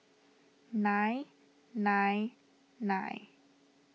nine nine nine